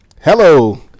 Hello